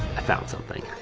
i found something.